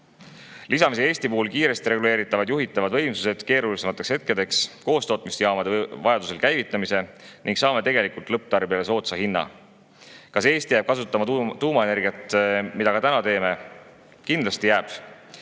lisame siia Eesti puhul kiiresti reguleeritavad juhitavad võimsused keerulisemateks hetkedeks ja koostootmisjaamade vajadusel käivitamise, siis saame tegelikult lõpptarbijale soodsa hinna. Kas Eesti jääb kasutama tuumaenergiat, nagu teeme ka täna? Kindlasti jääb.